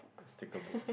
sticker book